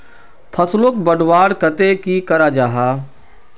फसलोक बढ़वार केते की करा जाहा?